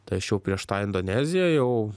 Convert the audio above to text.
tai aš jau prieš tą indoneziją jau